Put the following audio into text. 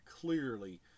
clearly